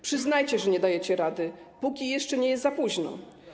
Przyznajcie, że nie dajecie rady, póki jeszcze nie jest za późno.